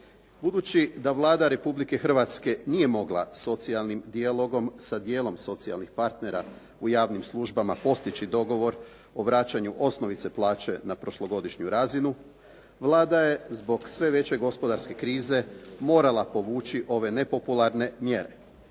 Budući da Vlada Republike Hrvatske nije mogla socijalnim dijalogom, sa dijelom socijalnih partnera u javnim službama postići dogovor o vraćanju osnovice plaće na prošlogodišnju razinu. Vlada je zbog sve veće gospodarske krize morala povući ove nepopularne mjere.